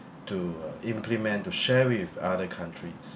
to uh implement to share with other countries